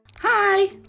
Hi